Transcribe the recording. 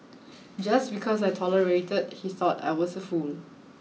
just because I tolerated he thought I was a fool